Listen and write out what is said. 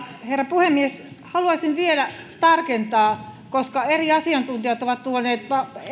puhemies haluaisin vielä tarkentaa koska eri asiantuntijat ovat tuoneet